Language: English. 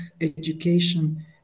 education